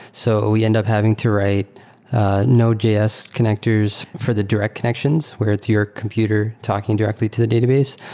so we end up having to write node js connectors for the direct connections where it's your computer talking directly to the database.